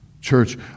Church